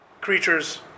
creatures